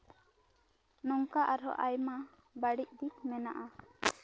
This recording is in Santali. ᱱᱚᱝᱠᱟ ᱟᱨᱦᱚᱸ ᱟᱭᱢᱟ ᱵᱟᱹᱲᱤᱡ ᱫᱤᱠ ᱢᱮᱱᱟᱜᱼᱟ